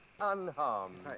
unharmed